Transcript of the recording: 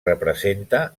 representa